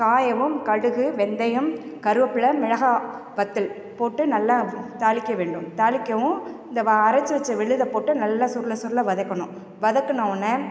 காயவும் கடுகு வெந்தயம் கருவேப்பிலை மிளகாய் வற்றல் போட்டு நல்லா தாளிக்க வேண்டும் தாளிக்கவும் இந்த வ அரைத்து வச்ச விழுத போட்டு நல்லா சுருள சுருள வதக்கணும் வதக்குனவொடனே